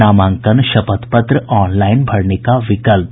नामांकन शपथ पत्र ऑनलाइन भरने का विकल्प